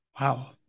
wow